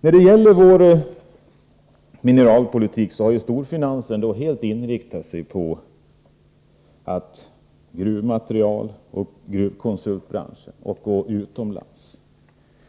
När det gäller Sveriges mineralpolitik har storfinansen helt inriktat sig på gruvmaterial och gruvkonsultbranschen utomlands.